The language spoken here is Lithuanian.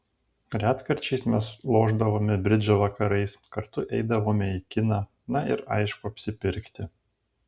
retkarčiais mes lošdavome bridžą vakarais kartu eidavome į kiną na ir aišku apsipirkti